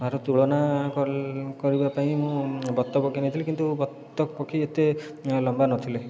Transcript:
ତାର ତୁଳନା କରିବାପାଇଁ ମୁଁ ବତକ କିଣିଥିଲି କିନ୍ତୁ ବତକ ପକ୍ଷୀ ଏତେ ଲମ୍ବା ନଥିଲେ